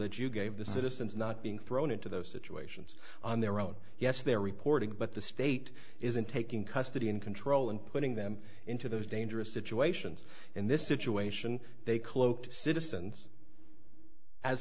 that you gave the citizens not being thrown into those situations on their own yes their reporting but the state isn't taking custody and control and putting them into those dangerous situations and this situation they cloaked citizens as